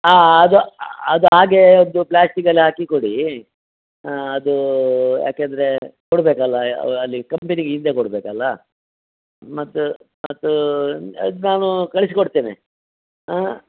ಹಾಂ ಹಾಂ ಅದು ಅದು ಹಾಗೇ ಒಂದು ಪ್ಲಾಸ್ಟಿಕಲ್ಲಿ ಹಾಕಿ ಕೊಡಿ ಅದು ಯಾಕೆಂದರೆ ಕೊಡಬೇಕಲ್ಲ ಅಲ್ಲಿ ಕಂಪೆನಿಗೆ ಹಿಂದೆ ಕೊಡಬೇಕಲ್ಲ ಮತ್ತು ಅದು ಅದು ನಾನು ಕಳಿಸಿಕೊಡ್ತೇನೆ ಹಾಂ